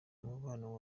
umubano